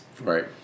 Right